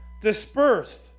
dispersed